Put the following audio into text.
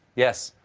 yes,